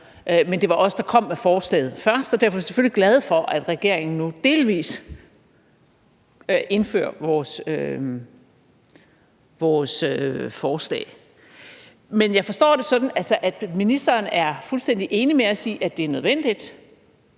Men det var os, der kom med forslaget først, og derfor er vi selvfølgelig glade for, at regeringen nu delvis indfører vores forslag. Jeg forstår det sådan, at ministeren er fuldstændig enig med os i, at det er nødvendigt,